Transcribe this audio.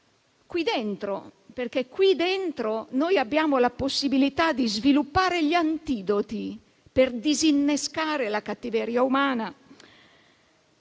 qui dentro, perché qui abbiamo la possibilità di sviluppare gli antidoti per disinnescare la cattiveria umana.